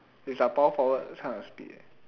is like power forward those kind of speed eh